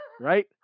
Right